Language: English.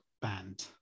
band